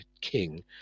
King